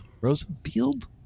Rosenfield